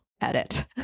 edit